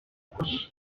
rwanda